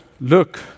Look